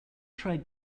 tried